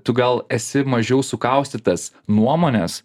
tu gal esi mažiau sukaustytas nuomonės